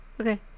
okay